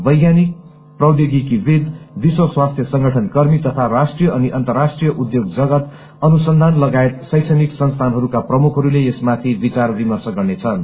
वैज्ञानिक प्रैचोगिकीविद विश्व स्वास्थ्य संगठन कर्मी तथा राष्ट्रीय अनि अन्तर्राष्ट्रीय उद्योग जगत अनुसन्धान लगायत शैक्षणिक संस्थानहरूका प्रमुखहरूले यसमाथि विचार विर्मश गर्नेछन्